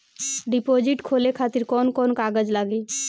Deposit खोले खातिर कौन कौन कागज लागी?